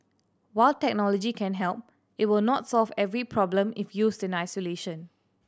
while technology can help it will not solve every problem if used in isolation